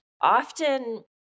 Often